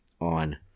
on